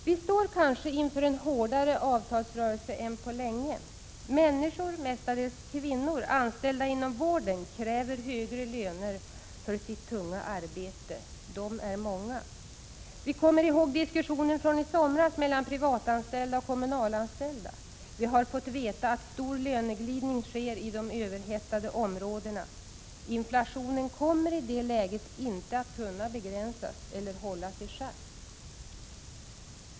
Vi står kanske inför en hårdare avtalsrörelse än på länge. Människor, mestadels kvinnor anställda inom vården, kräver högre löner för sitt tunga arbete. De är många. Vi kommer ihåg diskussionen från i somras mellan privatanställda och kommunalanställda. Vi har fått veta att stor löneglidning sker i de överhettade områdena. Inflationen kommer i det läget inte att kunna begränsas eller hållas i schack.